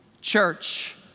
church